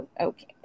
okay